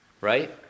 right